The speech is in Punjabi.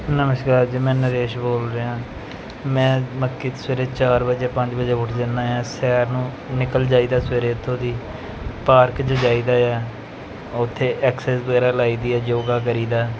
ਨਮਸਕਾਰ ਜੀ ਨਰੇਸ਼ ਬੋਲ ਰਿਹਾ ਮੈਂ ਮਕੇ ਸਵੇਰੇ ਚਾਰ ਵਜੇ ਪੰਜ ਵਜੇ ਉੱਠ ਜਾਂਦਾ ਹਾਂ ਸੈਰ ਨੂੰ ਨਿਕਲ ਜਾਈਦਾ ਸਵੇਰੇ ਇੱਥੋਂ ਦੀ ਪਾਰਕ 'ਚ ਜਾਈਦਾ ਆ ਉੱਥੇ ਐਕਸਿਸ ਵਗੈਰਾ ਲਗਾਈ ਦੀ ਹੈ ਯੋਗਾ ਕਰੀਦਾ